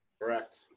Correct